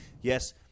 yes